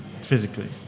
physically